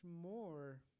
more